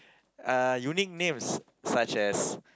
uh unique names such as